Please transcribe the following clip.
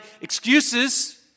excuses